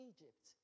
Egypt